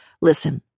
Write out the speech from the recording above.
Listen